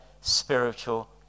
spiritual